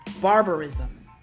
Barbarism